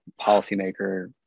policymaker